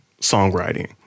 songwriting